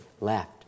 left